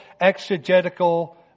exegetical